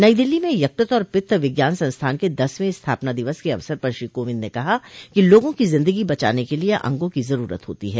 नई दिल्ली में यकृत और पित्त विज्ञान संस्थान के दसवें स्थापना दिवस के अवसर पर श्री कोविंद ने कहा कि लोगों की जिंदगी बचाने के लिए अंगों की जरूरत होती है